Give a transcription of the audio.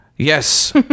Yes